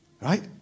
Right